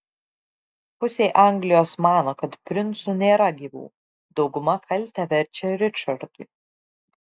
pusė anglijos mano kad princų nėra gyvų dauguma kaltę verčia ričardui